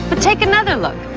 but take another look.